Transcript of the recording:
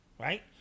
right